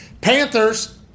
Panthers –